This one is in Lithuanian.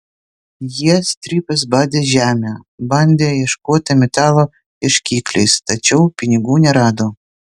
jie strypais badė žemę bandė ieškoti metalo ieškikliais tačiau pinigų nerado